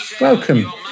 Welcome